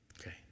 Okay